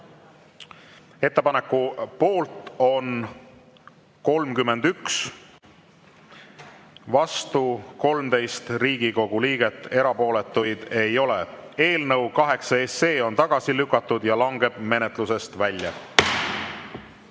Ettepaneku poolt on 31 ja vastu 13 Riigikogu liiget, erapooletuid ei ole. Eelnõu nr 8 on tagasi lükatud ja langeb menetlusest välja. Head